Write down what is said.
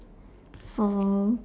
so